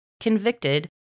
convicted